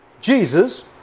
Jesus